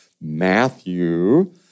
Matthew